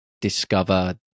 discover